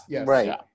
right